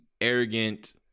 arrogant